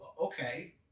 okay